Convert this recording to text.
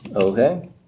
Okay